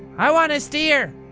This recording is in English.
i want to steer!